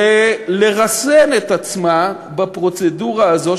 ולרסן את עצמה בפרוצדורה הזאת,